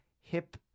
hip